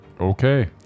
Okay